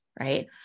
right